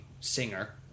singer